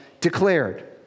declared